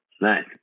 Nice